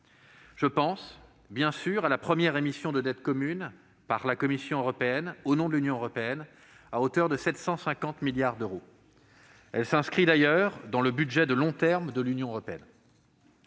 Je pense bien sûr à la première émission de dette commune par la Commission européenne au nom de l'Union européenne, à hauteur de 750 milliards d'euros. Celle-ci s'inscrit dans le budget de long terme de l'Union européenne.